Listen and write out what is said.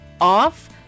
off